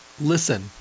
listen